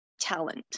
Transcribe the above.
talent